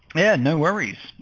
yeah, no worries.